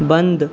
बन्द